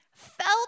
felt